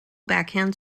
backhand